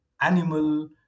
animal